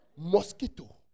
Mosquito